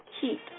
Keep